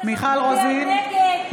שהצביעה נגד,